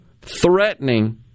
threatening